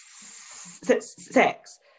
sex